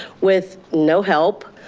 with no help.